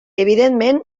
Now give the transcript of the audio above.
evidentment